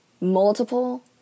multiple